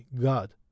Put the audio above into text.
God